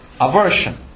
Aversion